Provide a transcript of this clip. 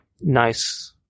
nice